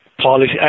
policy